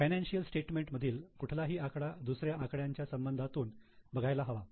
financial statements मधील कुठलाही आकडा दुसऱ्या आकड्यांच्या संबंधा तून बघायला हवा